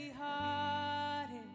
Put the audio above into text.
hearted